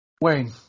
Wayne